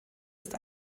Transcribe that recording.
ist